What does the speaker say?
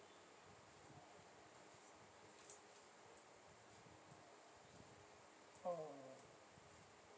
mm